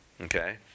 okay